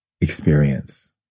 experience